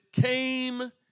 came